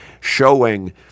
showing